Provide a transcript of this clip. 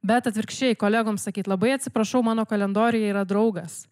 bet atvirkščiai kolegoms sakyt labai atsiprašau mano kalendoriuje yra draugas